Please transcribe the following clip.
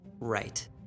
Right